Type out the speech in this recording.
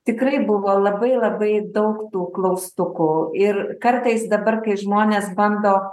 tikrai buvo labai labai daug tų klaustukų ir kartais dabar kai žmonės bando